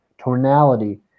tonality